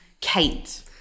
Kate